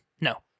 No